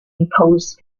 imposed